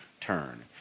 turn